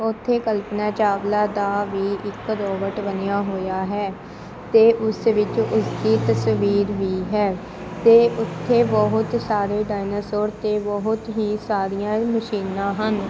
ਉੱਥੇ ਕਲਪਨਾ ਚਾਵਲਾ ਦਾ ਵੀ ਇੱਕ ਰੋਬੋਟ ਬਣਿਆ ਹੋਇਆ ਹੈ ਅਤੇ ਉਸ ਵਿੱਚ ਉਸ ਦੀ ਤਸਵੀਰ ਵੀ ਹੈ ਅਤੇ ਉੱਥੇ ਬਹੁਤ ਸਾਰੇ ਡਾਇਨਾਸੋਰ ਅਤੇ ਬਹੁਤ ਹੀ ਸਾਰੀਆਂ ਮਸ਼ੀਨਾਂ ਹਨ